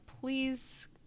Please